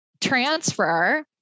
transfer